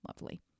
Lovely